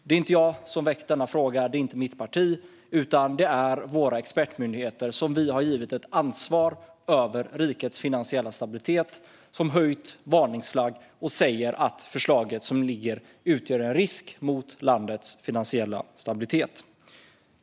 Det är inte jag som har väckt denna fråga och inte mitt parti, utan det är våra expertmyndigheter som vi har givit ett ansvar för rikets finansiella stabilitet. De höjer varningsflagg och säger att förslaget som ligger utgör en risk för landets finansiella stabilitet.